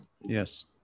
Yes